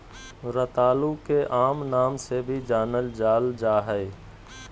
रतालू के आम नाम से भी जानल जाल जा हइ